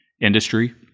industry